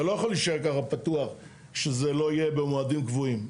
זה לא יכול להישאר ככה פתוח שזה לא יהיה במועדים קבועים.